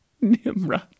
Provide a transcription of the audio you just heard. Nimrod